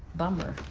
bummer.